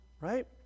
right